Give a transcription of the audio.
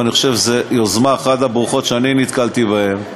ואני חושב שזאת אחת היוזמות הברוכות שנתקלתי בהן,